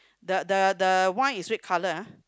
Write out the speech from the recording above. the the the wine is red colour ah